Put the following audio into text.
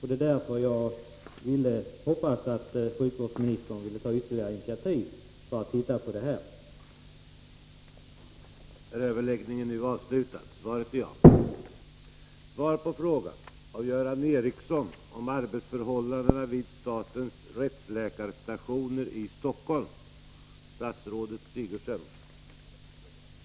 Det var därför jag hoppades att sjukvårdsministern ville ta ytterligare initiativ för att se över den här frågan.